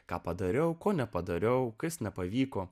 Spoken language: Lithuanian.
ką padariau ko nepadariau kas nepavyko